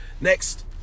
Next